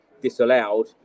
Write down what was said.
disallowed